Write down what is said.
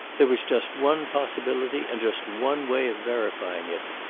there was just one possibility, and just one way of verifying it.